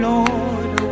Lord